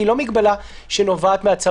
אני אחראי רק על יציאה מהארץ.